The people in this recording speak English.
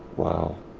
wow.